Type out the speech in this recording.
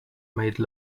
made